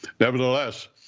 nevertheless